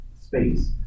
space